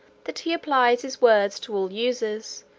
that he applies his words to all uses,